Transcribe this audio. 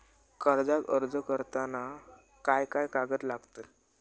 कर्जाक अर्ज करताना काय काय कागद लागतत?